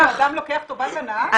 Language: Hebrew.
כשאדם לוקח טובת הנאה,